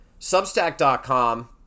Substack.com